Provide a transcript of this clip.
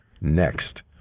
next